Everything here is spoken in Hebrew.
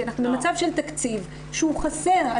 אנחנו מצב של תקציב שהוא חסר,